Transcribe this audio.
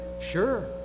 sure